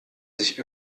sich